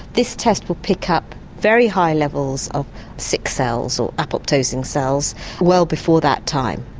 this test will pick up very high levels of sick cells or apoptosing cells well before that time.